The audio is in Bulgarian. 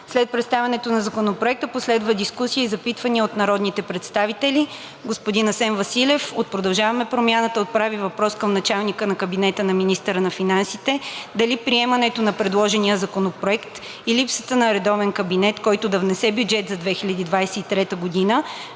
След представянето на Законопроекта последва дискусия и запитвания от народните представители. Господин Асен Василев от „Продължаваме Промяната“ отправи въпрос към началника на кабинета на министъра на финансите дали при приемането на предложения законопроект и липсата на редовен кабинет, който да внесе бюджет за 2023 г.,